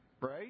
right